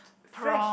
fresh